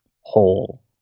whole